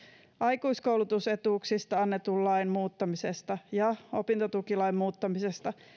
aikuiskoulutusetuuksista annetun lain muuttamisesta ja opintotukilain muuttamisesta